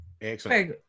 excellent